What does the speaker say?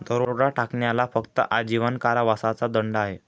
दरोडा टाकण्याला फक्त आजीवन कारावासाचा दंड आहे